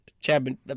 champion